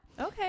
Okay